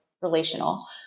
relational